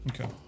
Okay